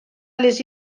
les